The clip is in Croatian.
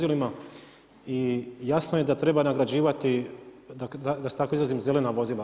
I jasno je da treba nagrađivati, da se tako izrazim, zelena vozila.